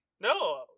No